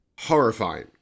horrifying